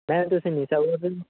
ma'am ਤੁਸੀਂ ਨਿਸ਼ਾ ਬੋਲਦੇ ਜੀ